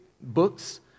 Books